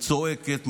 צועקת,